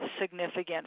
significant